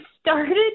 Started